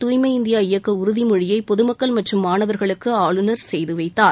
தூய்மை இந்தியா இயக்க உறுதிமொழியை பொதுமக்கள் மற்றும் மாணவர்களுக்கு ஆளுநர் செய்துவைத்தார்